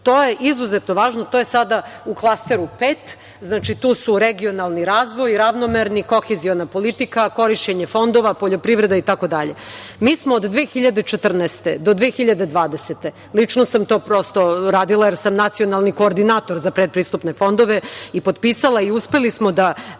To je izuzetno važno, to je sada u klasteru 5, znači tu regionalni razvoji, ravnomerni, koheziona politika, korišćenje fondova, poljoprivreda itd. Mi smo od 2014. godine, do 2020. godine, lično sam to radila, jer sam nacionalni koordinator za predpristupne fondove i potpisala i uspeli smo da